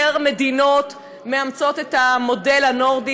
יותר מדינות מאמצות את המודל הנורדי,